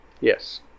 Yes